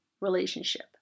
relationship